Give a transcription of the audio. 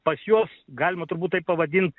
pas juos galima turbūt taip pavadint